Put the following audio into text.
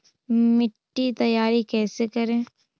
मिट्टी तैयारी कैसे करें?